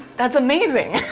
that's amazing!